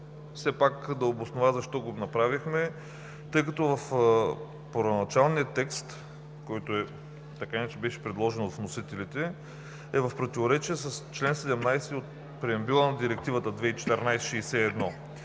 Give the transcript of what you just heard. все пак да се обоснова защо го направихме. Първоначалният текст, който, така или иначе, беше предложен от вносителите, е в противоречие с чл. 17 от преамбюла на Директивата 2014/61.